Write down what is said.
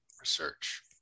research